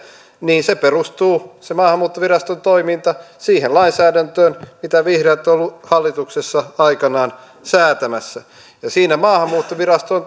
niin se maahanmuuttoviraston toiminta perustuu siihen lainsäädäntöön mitä vihreät ovat olleet hallituksessa aikanaan säätämässä ja siinä maahanmuuttovirasto on